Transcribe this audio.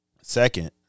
Second